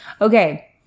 Okay